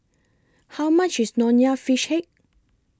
How much IS Nonya Fish Head